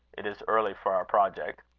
it is early for our project.